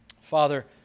Father